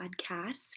podcast